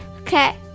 Okay